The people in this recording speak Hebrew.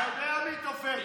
אתה יודע מי תופר תיקים.